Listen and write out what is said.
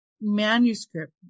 manuscript